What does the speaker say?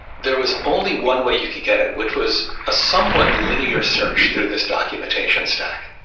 there was only one way you could get it, which was a somewhat linear search through this documentation stack.